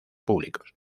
públicos